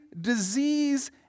disease